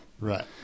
Right